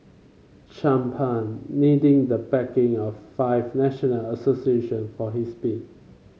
champagne needing the backing of five national association for his bid